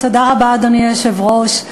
תודה רבה, אדוני היושב-ראש.